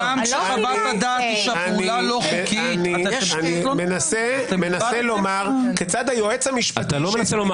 אני מנסה לומר כיצד היועץ המשפטי- -- לא,